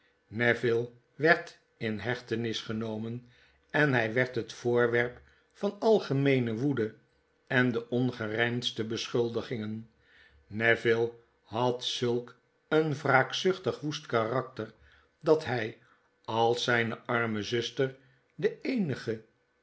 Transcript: neville werd in hechtenis genomenen hy werd het voorwerp van algemeene woede en de ongerymdste beschuldigingen neville had zulk een wraakzuchtig woest karakter dat hy als zyne arme zuster de eenige